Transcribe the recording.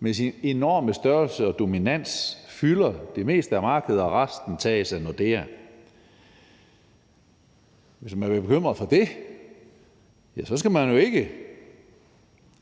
med sin enorme størrelse og dominans fylder det meste af markedet, mens resten optages af Nordea. Hvis man er bekymret for det, skal man jo ikke